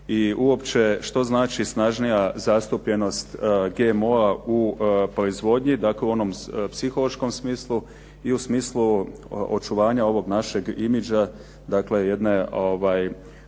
i uopće što znači snažnija zastupljenost GMO-a u proizvodnji. Dakle, u onom psihološkom smislu i u smislu očuvanja ovog našeg imidža, dakle jedne